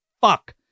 fuck